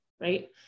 right